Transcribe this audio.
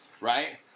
Right